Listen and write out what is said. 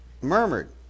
murmured